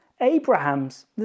Abraham's